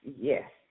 Yes